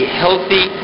healthy